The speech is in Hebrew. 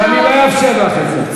ואני לא אאפשר לך את זה.